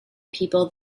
people